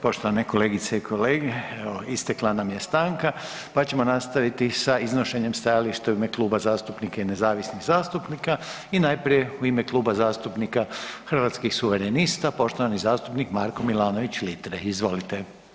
Poštovane kolegice i kolege, evo istekla nam je stanka, pa ćemo nastaviti sa iznošenjem stajališta u ime kluba zastupnika i nezavisnih zastupnika i najprije u ime Kluba zastupnika Hrvatskih suverenista poštovani zastupnik Marko Milanović Litre, izvolite.